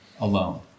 alone